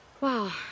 wow